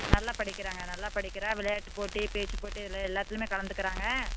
நல்லா படிக்கிறாங்க நல்லா படிக்கிறாள் விளையாட்டு போட்டி பேச்சு போட்டி இதில் எல்லாத்துலேயுமே கலந்துக்கிறாங்க